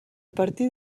partir